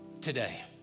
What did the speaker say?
today